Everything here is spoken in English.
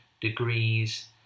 degrees